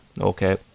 Okay